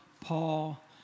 Paul